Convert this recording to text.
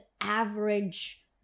average